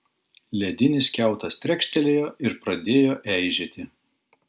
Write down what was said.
ledinis kiautas trekštelėjo ir pradėjo eižėti